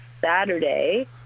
Saturday